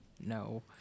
No